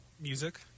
music